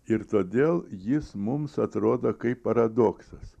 ir todėl jis mums atrodo kaip paradoksas